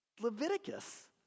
Leviticus